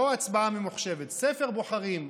לא הצבעה ממוחשבת, ספר בוחרים,